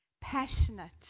passionate